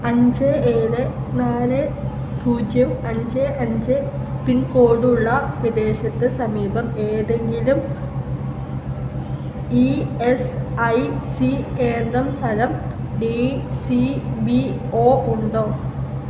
അഞ്ച് ഏഴ് നാല് പൂജ്യം അഞ്ച് അഞ്ച് പിൻകോഡ് ഉള്ള പ്രദേശത്തിന് സമീപം ഏതെങ്കിലും ഇ എസ് ഐ സി കേന്ദ്ര തരം ഡി സി ബി ഒ ഉണ്ടോ